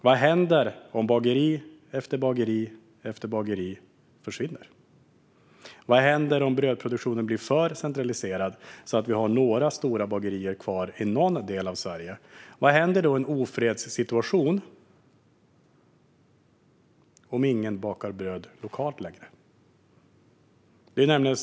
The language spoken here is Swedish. Vad händer om bageri efter bageri försvinner? Vad händer om brödproduktionen blir för centraliserad, om vi har några stora bagerier kvar i någon del av Sverige; vad händer i en ofredssituation om ingen längre bakar bröd lokalt?